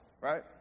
right